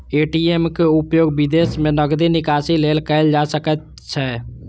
ATM के उपयोग विदेशो मे नकदी निकासी लेल कैल जा सकैत छैक